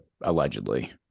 allegedly